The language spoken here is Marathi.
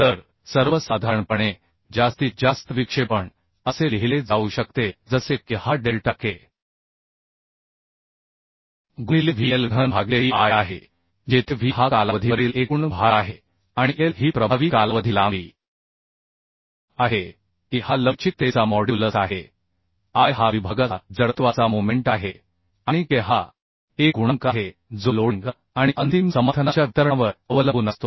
तर सर्वसाधारणपणे जास्तीत जास्त विक्षेपण असे लिहिले जाऊ शकते जसे की हा डेल्टा K गुणिले W L घन भागिले E I आहे जेथे W हा कालावधीवरील एकूण भार आहे आणि L ही प्रभावी कालावधी लांबी आहे E हा लवचिकतेचा मॉड्यूलस आहे I हा विभागाचा जडत्वाचा मोमेंट आहे आणि K हा एक गुणांक आहे जो लोडिंग आणि अंतिम समर्थनाच्या वितरणावर अवलंबून असतो